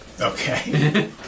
Okay